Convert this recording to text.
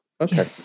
Okay